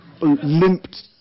limped